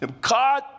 God